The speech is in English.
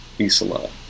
isola